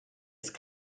ist